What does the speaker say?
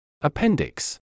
Appendix